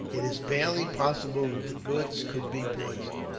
it is barely possible that the goods could be poisoned.